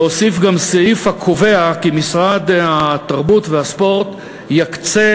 להוסיף סעיף הקובע כי משרד התרבות והספורט יקצה